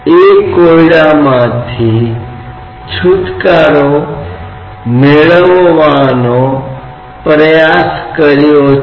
इसलिए वायुमंडलीय दबाव के संबंध में संदर्भ कुछ ऐसा है जो एक बहुत ही मानक संदर्भ है जिसका हम कई बार उपयोग करते हैं